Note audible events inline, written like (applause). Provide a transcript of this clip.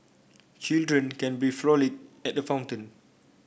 children can (unintelligible) frolic at the fountain